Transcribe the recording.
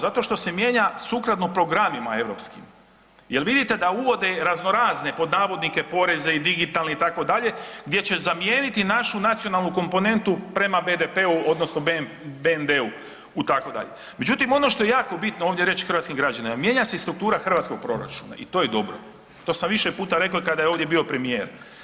Zato što se mijenja sukladno programima europskim jel vidite da uvode „raznorazne“ poreze i digitalne itd. gdje će zamijeniti našu nacionalnu komponentu prema BDP-u odnosno BND-u itd. međutim ono što je jako bitno ovdje reći hrvatskim građanima, mijenja se i struktura hrvatskog proračuna i to je dobro, to sam više puta rekao kada je ovdje bio premijer.